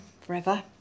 forever